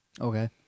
Okay